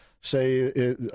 Say –